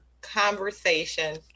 conversation